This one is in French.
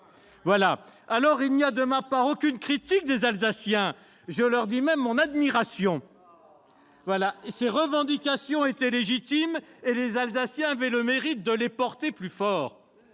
! Il n'y a de ma part aucune critique des Alsaciens, je leur dis même mon admiration. Ces revendications étaient légitimes et ils avaient le mérite de les porter plus fort.